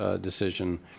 decision